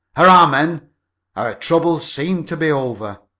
hurrah, men, our troubles seem to be over!